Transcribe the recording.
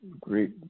great